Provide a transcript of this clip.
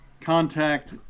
contact